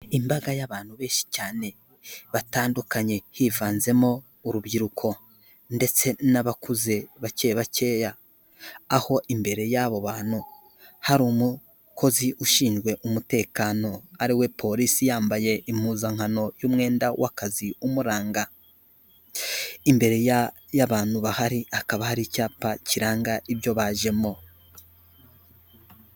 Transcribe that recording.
Imbaga y'abantu benshi cyane batandukanye hivanzemo urubyiruko ndetse n'abakuze bake bakeya aho imbere y'abo bantu hari umukozi ushinzwe umutekano ariwe polisi yambaye impuzankano y'umwenda w'akazi umuranga imbere y'abantu bahari hakaba hari icyapa kiranga ibyo bajemo.